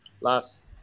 last